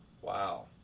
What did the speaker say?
Wow